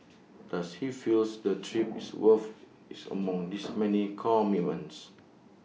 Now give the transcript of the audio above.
does he feels the trip is worth its among his many commitments